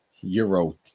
Euro